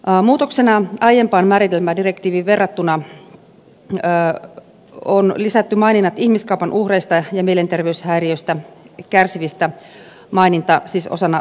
muutoksena aiempaan määritelmädirektiiviin verrattuna on lisätty maininnat ihmiskaupan uhreista ja mielenterveyshäiriöistä kärsivistä ja mielenterveyshäiriöiden hoidosta osana terveydenhuoltoa